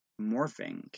morphing